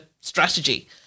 strategy